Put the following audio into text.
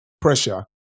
pressure